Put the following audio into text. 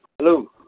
hello